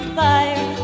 fire